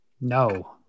No